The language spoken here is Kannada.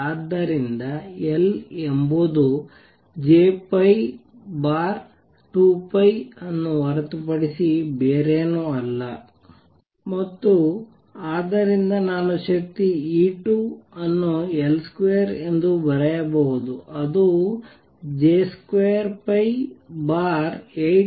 ಆದ್ದರಿಂದ L ಎಂಬುದು J2π ಅನ್ನು ಹೊರತುಪಡಿಸಿ ಬೇರೇನೂ ಅಲ್ಲ ಮತ್ತು ಆದ್ದರಿಂದ ನಾನು ಶಕ್ತಿ E2 ಅನ್ನು L2 ಎಂದು ಬರೆಯಬಹುದು ಅದು J282mR2V